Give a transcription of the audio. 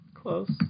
Close